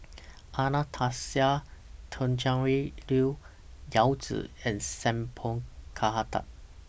Anastasia Tjendri Liew Yao Zi and Sat Pal Khattar